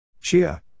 Chia